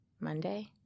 Monday